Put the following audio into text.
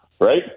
right